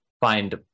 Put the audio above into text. find